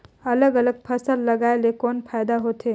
अलग अलग फसल लगाय ले कौन फायदा होथे?